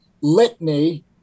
litany